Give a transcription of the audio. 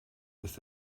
ist